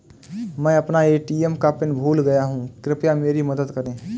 मैं अपना ए.टी.एम का पिन भूल गया हूं, कृपया मेरी मदद करें